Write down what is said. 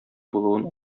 булуын